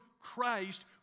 Christ